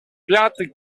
пятый